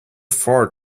far